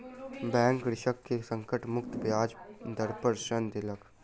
bank कृषक के संकट मुक्त ब्याज दर पर ऋण देलक